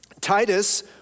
Titus